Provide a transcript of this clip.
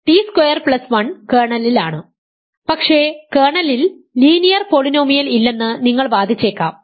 T square plus 1 കേർണലിലാണ് പക്ഷേ കേർണലിൽ ലീനിയർ പോളിനോമിയൽ ഇല്ലെന്ന് നിങ്ങൾ വാദിച്ചേക്കാം